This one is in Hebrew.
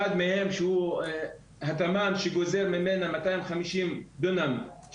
אחד מהחסמים הוא התמ"מ שגוזר ממנה מאתיים חמישים דונם,